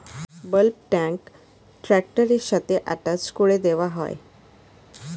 bulk tank ট্র্যাক্টরের সাথে attach করে দেওয়া হয়